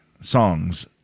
songs